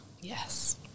Yes